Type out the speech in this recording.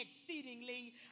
exceedingly